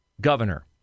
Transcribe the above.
Governor